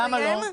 למה לא?